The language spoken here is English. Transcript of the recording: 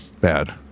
bad